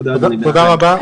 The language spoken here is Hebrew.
תודה רבה.